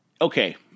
Okay